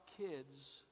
kids